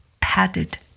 padded